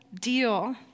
deal